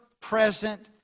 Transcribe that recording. present